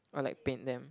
or like paint them